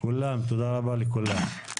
תודה רבה לכולם.